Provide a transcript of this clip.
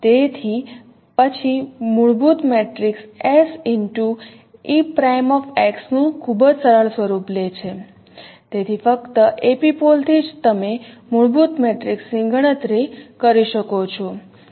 તેથી પછી મૂળભૂત મેટ્રિક્સ s નું ખૂબ જ સરળ સ્વરૂપ લે છે તેથી ફક્ત એપિપોલ થી જ તમે મૂળભૂત મેટ્રિક્સની ગણતરી કરી શકો છો